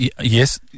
yes